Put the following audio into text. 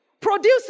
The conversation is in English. producing